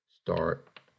Start